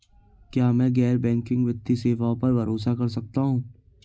क्या मैं गैर बैंकिंग वित्तीय सेवाओं पर भरोसा कर सकता हूं?